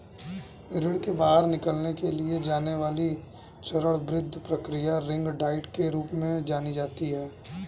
ऋण से बाहर निकलने के लिए की जाने वाली चरणबद्ध प्रक्रिया रिंग डाइट के रूप में जानी जाती है